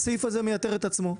הסעיף הזה מייתר את עצמו,